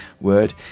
word